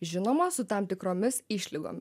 žinoma su tam tikromis išlygom